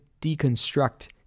deconstruct